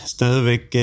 Stadigvæk